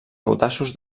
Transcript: audaços